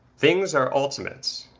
things are ultimates,